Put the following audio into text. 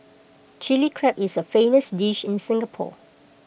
Chilli Crab is A famous dish in Singapore